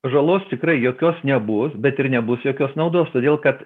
žalos tikrai jokios nebus bet ir nebus jokios naudos todėl kad